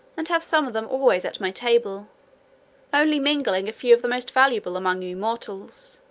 and have some of them always at my table only mingling a few of the most valuable among you mortals,